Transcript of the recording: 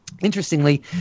interestingly